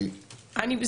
אני צריך לברוח לאחר מכן.